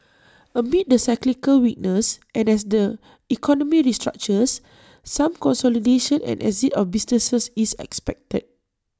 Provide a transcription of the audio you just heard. amid the cyclical weakness and as the economy restructures some consolidation and exit of businesses is expected